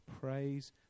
Praise